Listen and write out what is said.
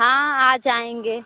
हाँ आ जाएँगे